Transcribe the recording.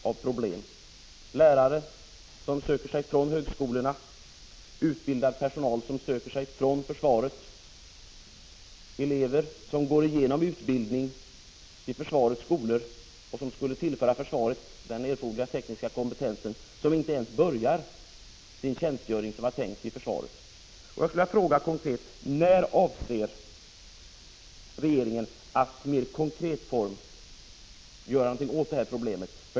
Det gäller lärare som söker sig från högskolorna, utbildad personal som söker sig från försvaret och elever som genomgått utbildning vid någon av försvarets skolor och som skulle kunna tillföra försvaret erforderlig teknisk kompetens, men som inte ens påbörjar sin tilltänkta tjänstgöring inom försvaret. Jag skulle därför vilja fråga: När avser regeringen att mera konkret göra någonting åt det här problemet?